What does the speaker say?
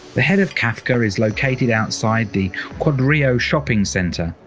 the head of kafka is located outside the quadrio shopping center.